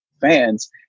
fans